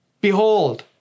Behold